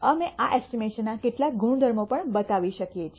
અમે આ એસ્ટિમેશનના કેટલાક ગુણધર્મો પણ બતાવી શકીએ છીએ